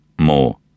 More